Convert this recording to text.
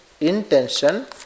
intention